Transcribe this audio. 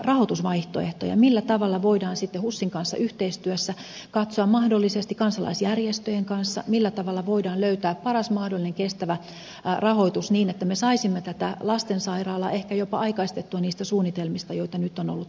millä tavalla voidaan husin kanssa yhteistyössä mahdollisesti kansalaisjärjestöjen kanssa millä tavalla voidaan löytää paras mahdollinen kestävä rahoitus niin että me saisimme tätä lastensairaalaa ehkä jopa aikaistettua niistä suunnitelmista joita nyt on ollut julkisuudessa